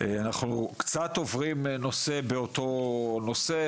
אנחנו קצת עוברים נושא באותו נושר.